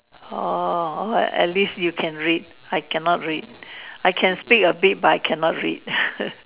oh oh oh at least you can read I cannot read I can speak a bit but I cannot read